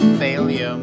failure